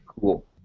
cool